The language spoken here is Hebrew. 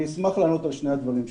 אשמח לענות על שני הדברים ששאלת.